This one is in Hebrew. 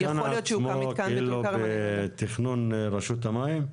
יכול להיות שהוא גם מתקן --- המתקן עצמו כאילו בתכנון רשות המים?